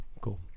cool